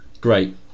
Great